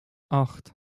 acht